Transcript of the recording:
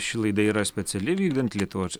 ši laida yra speciali vykdant lietuvos